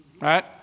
Right